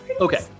Okay